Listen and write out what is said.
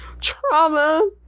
trauma